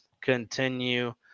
continue